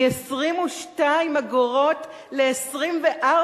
מ-22 שקלים ל-24